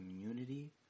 community